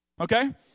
Okay